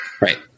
Right